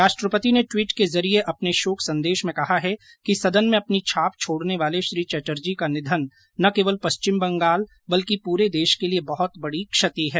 राष्ट्रपति ने दवीट के जरिये अपने शोक संदेश में कहा है कि सदन में अपनी छाप छोडने वाले श्री चेटर्जी का निधन न केवल पश्चिम बंगाल बल्कि पूरे देश के लिये बहत बड़ी क्षति है